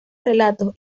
relatos